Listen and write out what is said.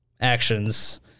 actions